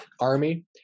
army